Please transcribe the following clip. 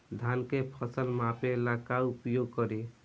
धान के फ़सल मापे ला का उपयोग करी?